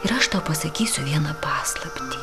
ir aš tau pasakysiu vieną paslaptį